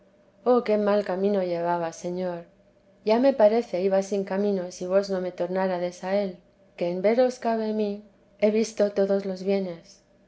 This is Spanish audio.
oh qué mal camino llevaba señor ya me parece iba sin camino si vos no me tornárades a él que en veros cabe mí he visto todos los ienes